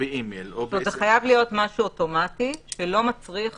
חייב להיות משהו אוטומטי, שלא מצריך